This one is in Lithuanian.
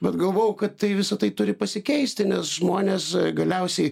bet galvojau kad tai visa tai turi pasikeisti nes žmonės galiausiai